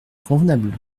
convenable